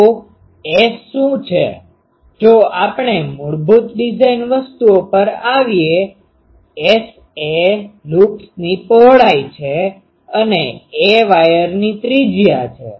તો એસ શું છે જો આપણે મૂળભૂત ડિઝાઇન વસ્તુઓ પર આવીએ S એ લૂપ્સની પહોળાઈ છે અને a વાયરની ત્રિજ્યા છે